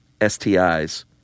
STIs